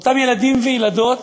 ילדים וילדות